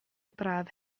braf